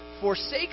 forsake